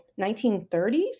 1930s